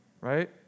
Right